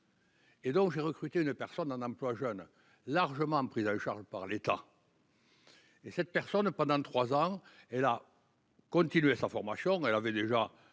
Et donc j'ai recruté une personne en emploi jeune largement prises en charge par l'État. Et cette personne pendant 3 ans elle a continué sa formation, elle avait déjà